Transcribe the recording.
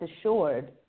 assured